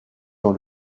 dans